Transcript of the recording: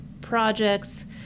projects